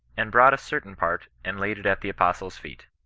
and brought a certain part, and laid it at the apostles feet.